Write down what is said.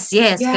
yes